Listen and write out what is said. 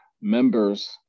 members